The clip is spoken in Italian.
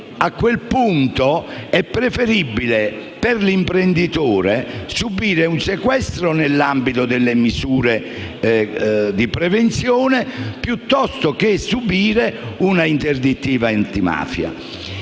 a questo punto, è preferibile per l'imprenditore subire un sequestro nell'ambito delle misure di prevenzione piuttosto che subire un'interdittiva antimafia?